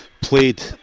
played